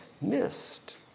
missed